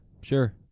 sure